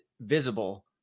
visible